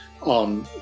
on